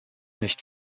nicht